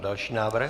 Další návrh.